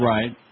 Right